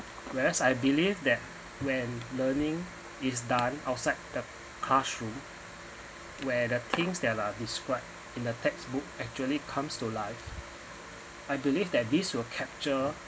whereas I believe that when learning is done outside the classroom where the things that are described in a textbook actually comes to life I believe that this will capture